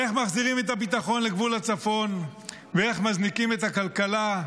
איך מחזירים את הביטחון לגבול הצפון ואיך מזניקים את הכלכלה,